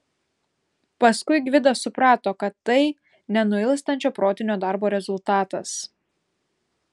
paskui gvidas suprato kad tai nenuilstančio protinio darbo rezultatas